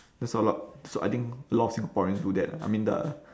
there's a lot so I think a lot of singaporean do that I mean the